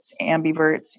ambiverts